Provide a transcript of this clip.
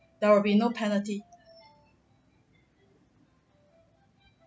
there will be no penalty